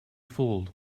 fooled